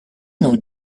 know